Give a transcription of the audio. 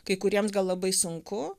kai kuriems gal labai sunku